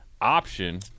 option